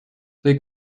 they